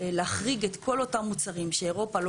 להחריג את כל אותם מוצרים שאירופה לא